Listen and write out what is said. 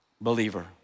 believer